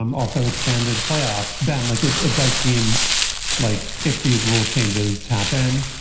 um also expanded playoffs, band like it. it does seem like if these rule changes happen,